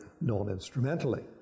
non-instrumentally